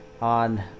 On